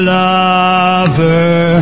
lover